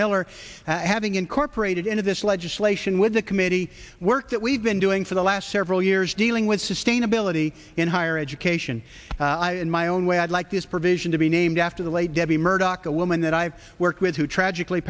miller having incorporated into this legislation with the committee work that we've been doing for the last several years dealing with sustainability in higher education i in my own way i'd like this provision to be named after the way debbie murdock a woman that i worked with who tragically